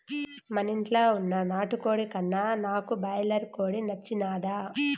మనింట్ల వున్న నాటుకోడి కన్నా నీకు బాయిలర్ కోడి నచ్చినాదా